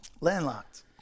Landlocked